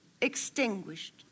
extinguished